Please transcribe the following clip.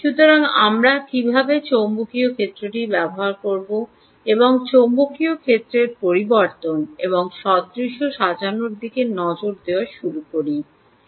সুতরাং আমরা কীভাবে চৌম্বকীয় ক্ষেত্রটি ব্যবহার করব এবং চৌম্বকীয় ক্ষেত্রের পরিবর্তন এবং সদৃশ সাজানোর দিকে নজর দেওয়া শুরু করব